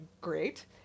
great